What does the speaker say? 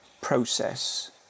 process